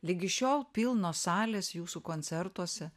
ligi šiol pilnos salės jūsų koncertuose